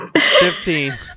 Fifteen